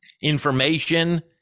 information